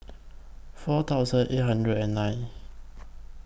four thousand eight hundred and nine